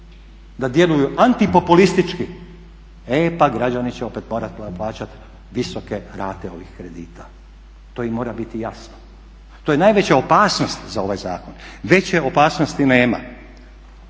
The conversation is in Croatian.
da djeluju antipopulistički e pa građani će opet morat plaćat visoke rate ovih kredita, to im mora biti jasno. To je najveća opasnost za ovaj zakon, veće opasnosti nema.